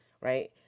right